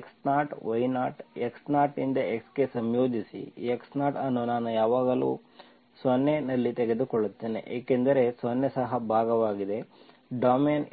x0y0 x0 ನಿಂದ x ಗೆ ಸಂಯೋಜಿಸಿ x0 ಅನ್ನು ನಾನು ಯಾವಾಗಲೂ 0 ನಲ್ಲಿ ತೆಗೆದುಕೊಳ್ಳುತ್ತೇನೆ ಏಕೆಂದರೆ 0 ಸಹ ಭಾಗವಾಗಿದೆ ಡೊಮೇನ್